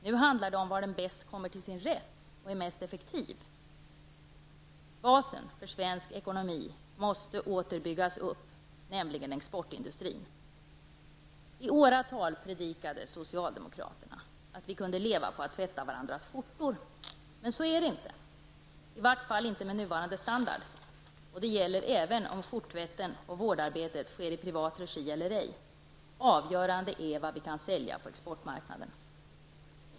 Nu handlar det om var den bäst kommer till sin rätt och är mest effektiv. Basen för svensk ekonomi måste åter byggas upp, nämligen exportindustrin. I åratal predikade socialdemokraterna att vi kunde leva på att tvätta varandras skjortor, men så är det inte -- i varje fall inte med nuvarande standard, och det gäller oavsett om skjorttvätten och vårdarbetet sker i privat regi eller ej. Avgörande är vad vi kan sälja på exportmarknaden.